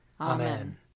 Amen